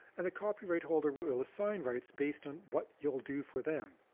and a copyright holder will assign rights based on what you'll do for them.